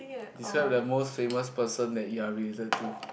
describe the most famous person that you're related to